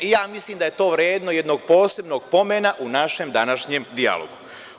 Ja mislim da je to vredno jednog posebnog pomena u našem današnjem dijalogu.